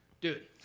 Dude